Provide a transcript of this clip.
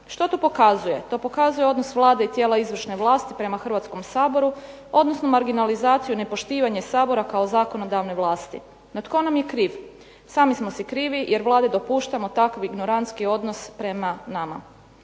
Što to pokazuje? To pokazuje odnos Vlade i tijela izvršne vlasti prema Hrvatskom saboru, odnosno marginalizaciju, nepoštivanje Sabora kao zakonodavne vlasti. No tko nam je kriv, sami smo si krivi jer Vladi dopuštamo takvu ignorantski odnos prema nama.